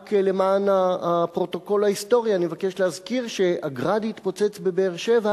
רק למען הפרוטוקול ההיסטורי אני מבקש להזכיר שה"גראד" התפוצץ בבאר-שבע